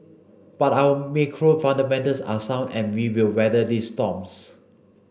but our macro fundamentals are sound and we will weather these storms